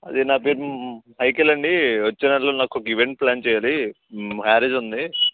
అది నా పేరు మైకెల్ అండి వచ్చే నెలలో నాకు ఒక ఈవెంట్ ప్లాన్ చేయాలి మ్యారేజ్ ఉంది